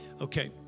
Okay